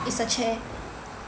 is a chair